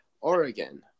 Oregon